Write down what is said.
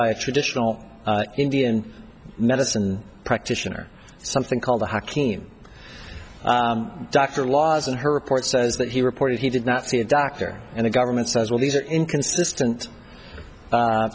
by a traditional indian medicine practitioner something called the hakim dr lawson her report says that he reported he did not see a doctor and the government says well these are inconsistent